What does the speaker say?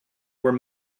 were